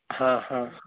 हा हा